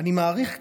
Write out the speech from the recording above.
אני מאריך קצת,